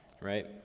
right